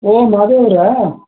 ಓಹ್ ಮಾದೇವ ಅವರಾ